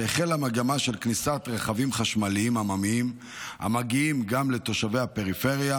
כשהחלה מגמה של כניסת רכבים חשמליים עממיים המגיעים גם לתושבי הפריפריה,